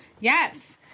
Yes